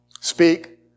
Speak